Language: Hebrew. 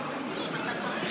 צריך גם לשמור על רמת לימודים.